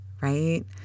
right